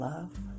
love